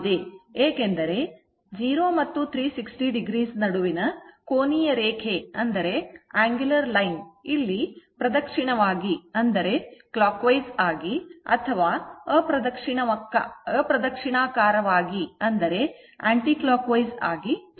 ಏಕೆಂದರೆ 0 ಮತ್ತು 360o ನಡುವಿನ ಕೋನೀಯ ರೇಖೆ ಇಲ್ಲಿ ಪ್ರದಕ್ಷಿಣಾಕಾರವಾಗಿ ಅಥವಾ ಅಪ್ರದಕ್ಷಿಣಾಕಾರವಾಗಿ ಚಲಿಸುತ್ತಿದೆ